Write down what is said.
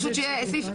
מה זה סעיף בנפרד?